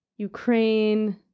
Ukraine